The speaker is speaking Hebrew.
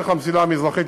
דרך המסילה המזרחית,